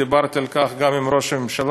דיברתי על כך גם עם ראש הממשלה,